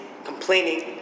Complaining